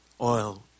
oil